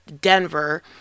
Denver